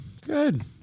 Good